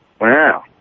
Wow